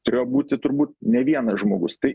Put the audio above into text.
turėjo būti turbūt ne vienas žmogus tai